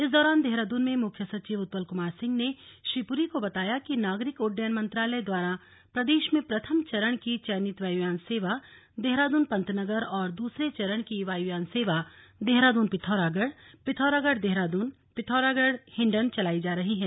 इस दौरान देहरादून में मुख्य सचिव उत्पल कुमार सिंह ने श्री पुरी को बताया कि नागरिक उड्डयन मंत्रालय द्वारा प्रदेश में प्रथम चरण की चयनित वायुयान सेवा देहरादून पंतनगर और दूसरे चरण की वायुयान सेवा देहरादून पिथौरागढ़ पिथौरागढ़ देहरादून पिथौरागढ़ हिंडन चलाई जा रही है